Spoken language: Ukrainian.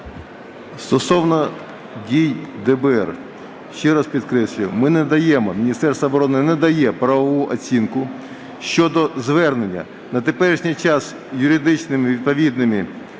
Стосовно дій ДБР. Ще раз підкреслюю, ми не надаємо, Міністерство оборони не надає правову оцінку. Щодо звернення. На теперішній час юридичними відповідними